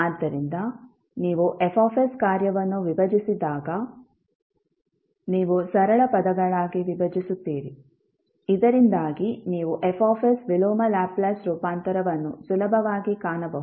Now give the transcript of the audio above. ಆದ್ದರಿಂದ ನೀವು F ಕಾರ್ಯವನ್ನು ವಿಭಜಿಸಿದಾಗ ನೀವು ಸರಳ ಪದಗಳಾಗಿ ವಿಭಜಿಸುತ್ತೀರಿ ಇದರಿಂದಾಗಿ ನೀವು F ವಿಲೋಮ ಲ್ಯಾಪ್ಲೇಸ್ ರೂಪಾಂತರವನ್ನು ಸುಲಭವಾಗಿ ಕಾಣಬಹುದು